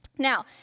Now